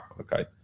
okay